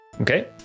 Okay